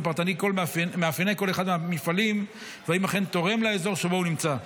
פרטני את מאפייני כל אחד מהמפעלים ואם הוא אכן תורם לאזור שבו הוא נמצא.